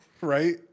right